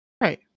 Right